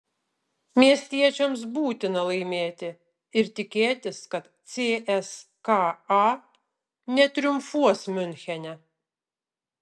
miestiečiams būtina laimėti ir tikėtis kad cska netriumfuos miunchene